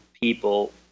people